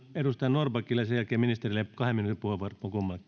edustaja norrbackille ja sen jälkeen kummallekin ministerille kahden minuutin puheenvuoron